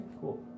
Cool